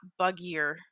buggier